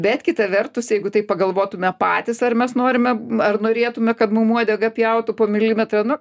bet kita vertus jeigu taip pagalvotume patys ar mes norime ar norėtume kad mum uodegą pjautų po milimetrą nu